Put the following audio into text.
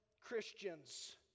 Christians